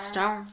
Star